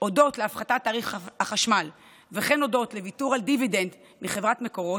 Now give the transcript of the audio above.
הודות להפחתת תעריף החשמל וכן הודות לוויתור על דיבידנד מחברת מקורות,